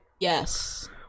Yes